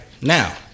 Now